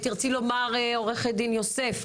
עורכת הדין יוסף,